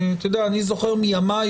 אני זוכר עוד מימיי,